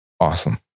Awesome